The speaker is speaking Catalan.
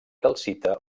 calcita